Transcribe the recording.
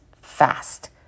fast